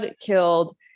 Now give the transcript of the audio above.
killed